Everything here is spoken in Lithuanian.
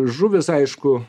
žuvys aišku